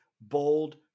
bold